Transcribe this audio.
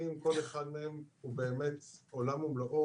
מה עוד נשאר לעשות?